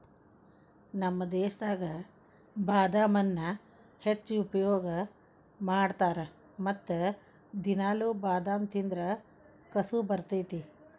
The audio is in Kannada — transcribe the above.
ನಮ್ಮ ದೇಶದಾಗ ಬಾದಾಮನ್ನಾ ಹೆಚ್ಚು ಉಪಯೋಗ ಮಾಡತಾರ ಮತ್ತ ದಿನಾಲು ಬಾದಾಮ ತಿಂದ್ರ ಕಸು ಬರ್ತೈತಿ